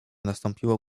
nastąpiło